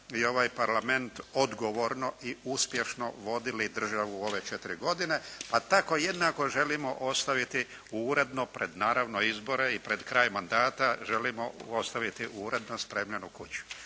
I ovaj parlament odgovorno I uspješno vodili državu ove četiri godine pa tako jednako želimo ostaviti uredno, pred naravno izbore, pred kraj mandata želimo ostaviti uredno spremljenu kuću.